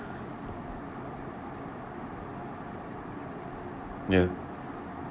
ya